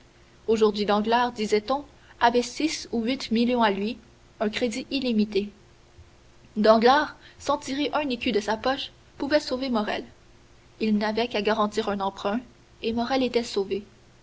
aujourd'hui danglars disait-on avait six ou huit millions à lui un crédit illimité danglars sans tirer un écu de sa poche pouvait sauver morrel il n'avait qu'à garantir un emprunt et morrel était sauvé